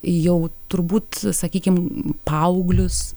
jau turbūt sakykim paauglius